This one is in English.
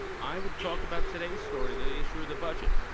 i would talk about today's story, the issue of the budget.